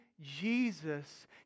Jesus